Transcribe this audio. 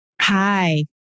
Hi